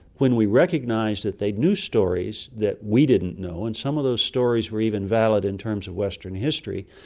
when we recognised that they knew stories that we didn't know, and some of those stories were even valid in terms of western history,